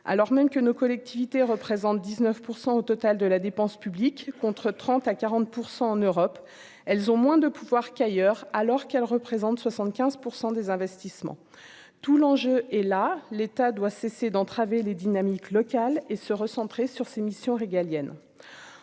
alors même que nos collectivités représentent 19 % au total de la dépense publique, contre 30 à 40 % en Europe, elles ont moins de pouvoir qu'ailleurs, alors qu'elles représentent 75 % des investissements tout l'enjeu est là, l'État doit cesser d'entraver les dynamiques locales et se recentrer sur ses missions régaliennes